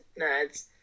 nerds